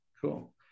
cool